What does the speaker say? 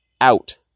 out